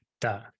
da